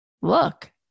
look